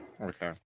Okay